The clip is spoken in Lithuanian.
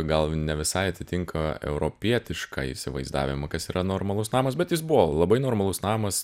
gal ne visai atitinka europietišką įsivaizdavimą kas yra normalus namas bet jis buvo labai normalus namas